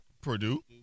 Purdue